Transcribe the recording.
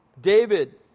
David